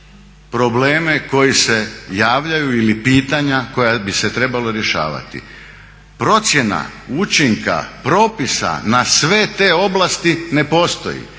probleme koji se javljaju ili pitanja koja bi se trebala rješavati. Procjena učinka propisa na sve te oblasti ne postoji